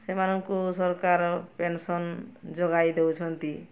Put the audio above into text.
ସେମାନଙ୍କୁ ସରକାର ପେନସନ୍ ଯୋଗାଇ ଦଉଛନ୍ତି